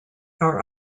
our